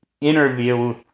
interview